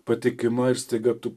patikima ir staiga tu